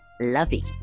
lovey